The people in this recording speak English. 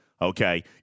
okay